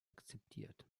akzeptiert